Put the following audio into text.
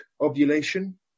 ovulation